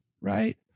right